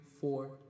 four